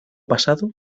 pasado